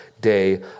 day